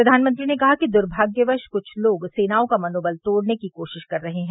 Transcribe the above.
प्रधानमंत्री ने कहा कि दुर्भाग्यवश कुछ लोग सेनाओं का मनोबल तोड़ने की कोशिश कर रहे है